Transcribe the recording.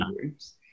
groups